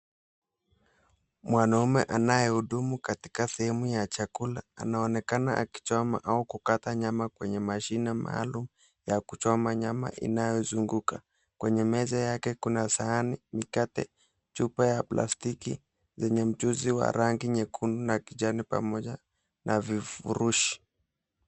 Mwanaume anayehudumu katika sehemu ya chakula, anaonekana akichoma au kukata nyama kwenye mashine maalum ya kuchoma nyama inayozunguka. Kwenye meza mbele yake kuna sahani, mikate, chupa ya plastiki yenye mchuzi wa rangi nyekundu na kijani pamoja na vifurushi.